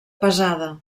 pesada